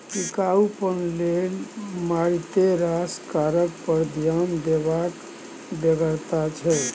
टिकाउपन लेल मारिते रास कारक पर ध्यान देबाक बेगरता छै